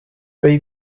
ray